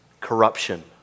Corruption